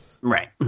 right